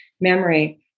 memory